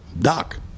Doc